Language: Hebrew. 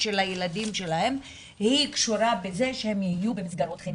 של הילדים שלהם היא קשורה בזה שהם יהיו במסגרות חינוכיות.